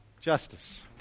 justice